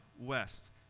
west